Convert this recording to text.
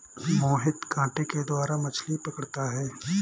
मोहित कांटे के द्वारा मछ्ली पकड़ता है